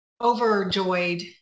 overjoyed